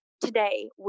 today